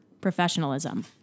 professionalism